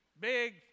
big